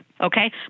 okay